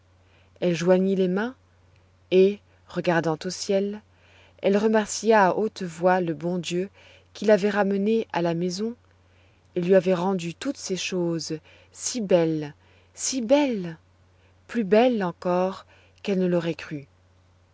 elle joignit les mains et regardant au ciel elle remercia à haute voix le bon dieu qui l'avait ramenée à la maison et lui avait rendu toutes ces choses si belles si belles plus belles encore qu'elle ne l'aurait cru